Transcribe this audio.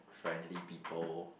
friendly people